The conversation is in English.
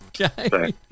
Okay